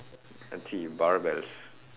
barbells